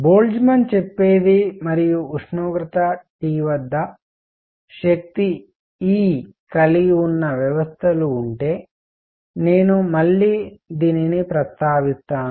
Boltzmann చెప్పేది మరియు ఉష్ణోగ్రత T వద్ద శక్తి E కలిగి ఉన్న వ్యవస్థలు ఉంటే నేను మళ్ళీ దీనిని ప్రస్తావిస్తాను